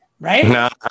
right